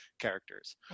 characters